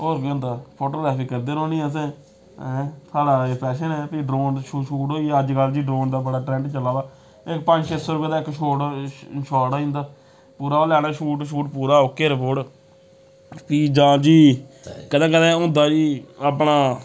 होर केह् होंदा फोटोग्राफी करदे रौह्नी असें ऐं साढ़ा एह् पैशन ऐ भी ड्रोन शूट होई गेआ अज्जकल जी ड्रोन दा बड़ा ट्रैंड चला दा इक पंज छे सौ रपेऽ दा शोट इक शाट आई जंदा पूरा ओह् लैना शूट शूट पूरा ओ के रपोर्ट फ्ही जां जी कदें कदें होंदा जी अपना